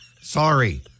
Sorry